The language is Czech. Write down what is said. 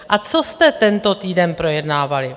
A co jste tento týden projednávali?